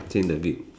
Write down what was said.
change the beat